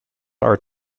are